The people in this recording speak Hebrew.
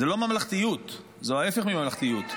זו לא ממלכתיות, זה ההפך ממלכתיות.